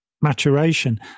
maturation